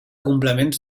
complements